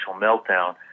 meltdown